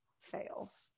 fails